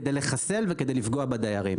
כדי לחסל וכדי לפגוע בדיירים.